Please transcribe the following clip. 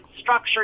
structure